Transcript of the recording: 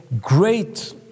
great